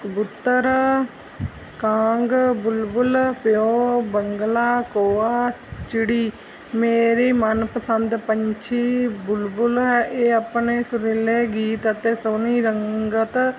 ਕਬੂਤਰ ਕਾਂਗ ਬੁਲਬੁਲ ਪਿਓ ਬਗਲਾ ਕੋਆ ਚਿੜੀ ਮੇਰਾ ਮਨਪਸੰਦ ਪੰਛੀ ਬੁਲਬੁਲ ਹੈ ਇਹ ਆਪਣੇ ਸੁਰੀਲੇ ਗੀਤ ਅਤੇ ਸੋਹਣੀ ਰੰਗਤ